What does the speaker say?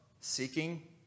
seeking